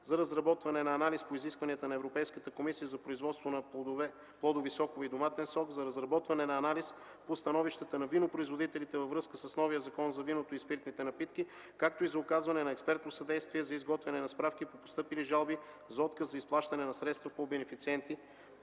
за разработване на анализ по изискванията на Европейската комисия за производство на плодови сокове и доматен сок; за разработване на анализ по становищата на винопроизводителите във връзка с новия Закон за виното и спиртните напитки; както и за оказване на експертно съдействие за изготвяне на справки по постъпили жалби за отказ на изплащане на средства по бенефициенти